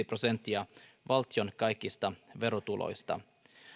prosenttia valtion kaikista verotuloista